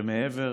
שמעבר